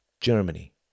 Germany